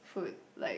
food like